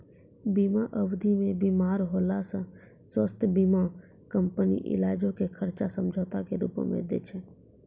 बीमा अवधि मे बीमार होला से स्वास्थ्य बीमा कंपनी इलाजो के खर्चा समझौता के रूपो मे दै छै